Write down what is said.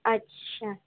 اچھا